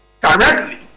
directly